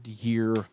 year